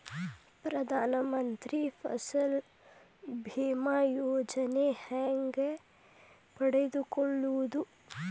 ಪ್ರಧಾನ ಮಂತ್ರಿ ಫಸಲ್ ಭೇಮಾ ಯೋಜನೆ ಹೆಂಗೆ ಪಡೆದುಕೊಳ್ಳುವುದು?